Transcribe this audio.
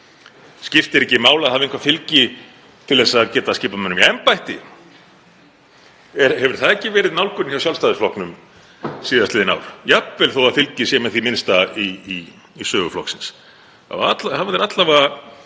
Skiptir ekki máli að hafa eitthvert fylgi til þess að geta skipað mönnum í embætti? Hefur það ekki verið nálgunin hjá Sjálfstæðisflokknum síðastliðin ár? Jafnvel þótt fylgið sé með því minnsta í sögu flokksins